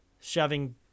shoving